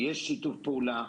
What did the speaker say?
יש שיתוף פעולה,